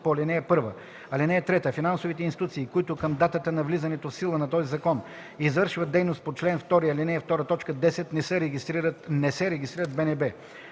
по ал. 1. (3) Финансовите институции, които към датата на влизането в сила на този закон извършват дейност по чл. 2, ал. 2, т. 10, не се регистрират в БНБ.